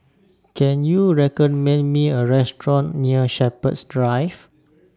Can YOU recommend Me A Restaurant near Shepherds Drive